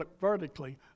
vertically